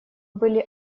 были